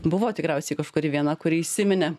buvo tikriausiai kažkuri viena kuri įsiminė